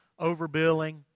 overbilling